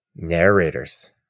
narrators